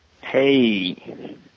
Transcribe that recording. hey